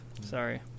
sorry